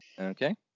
Okay